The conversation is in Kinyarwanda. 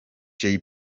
jay